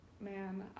man